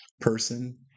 person